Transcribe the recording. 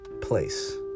place